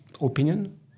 opinion